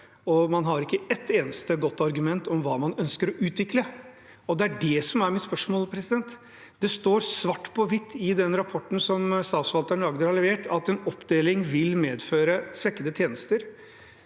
og man har ikke et eneste godt argument for hva man ønsker å utvikle. Det er det som er mitt spørsmål. Det står svart på hvitt i rapporten som Statsforvalteren i Agder har levert, at en oppdeling vil medføre svekkede tjenester,